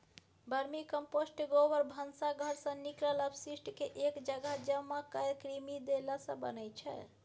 vermicompost गोबर, भनसा घरसँ निकलल अवशिष्टकेँ एक जगह जमा कए कृमि देलासँ बनै छै